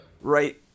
Right